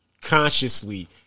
consciously